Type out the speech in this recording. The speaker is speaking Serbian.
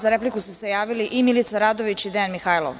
Za repliku su se javili i Milica Radović i DejanMihajlov.